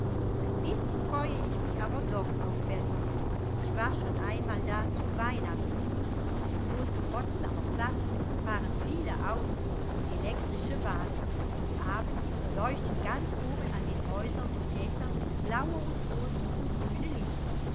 ein bißchen freue ich mich aber doch auf berlin ich war schon einmal da zu weihnachten auf dem großen potsdamer platz fahren viele autos und elektrische bahnen und abends leuchten ganz oben an den häusern und dächern blaue und rote und grüne lichter